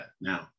Now